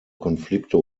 konflikte